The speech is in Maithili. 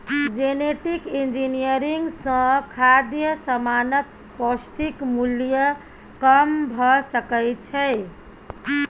जेनेटिक इंजीनियरिंग सँ खाद्य समानक पौष्टिक मुल्य कम भ सकै छै